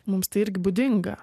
mums tai irgi būdinga